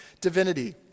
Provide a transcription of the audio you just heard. divinity